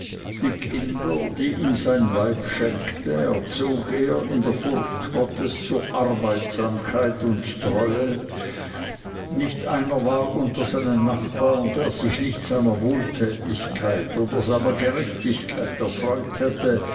die kinder die ihm sein weib schenkte erzog er in der furcht gottes zur arbeitsamkeit und treue nicht einer war unter seinen nachbarn der sich nicht seiner wohltätigkeit oder seiner gerechtigkeit erfreut hätte